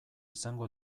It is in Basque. izango